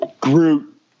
Groot